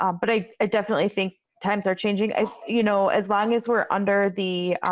um but i definitely think times are changing as you know as long as we're under the.